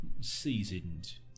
seasoned